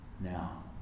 now